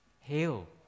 Hail